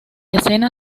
escena